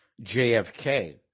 JFK